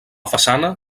façana